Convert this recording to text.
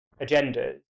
agendas